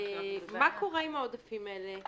מה קורה עם העודפים האלה?